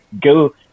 go